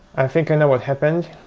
um think i know what happened.